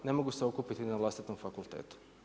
Ne mogu se okupiti na vlastitom fakultetu.